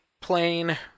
plane